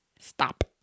Stop